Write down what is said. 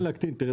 זה